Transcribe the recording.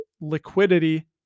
liquidity